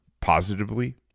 positively